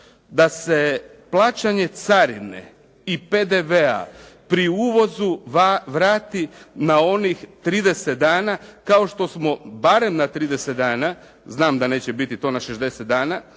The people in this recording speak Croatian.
da se plaćanje carine i PDV-a pri uvozu vrati na onih 30 dana kao što smo, barem na 30 dana, znam da neće biti to na 60 dana,